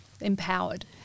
empowered